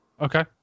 Okay